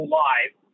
live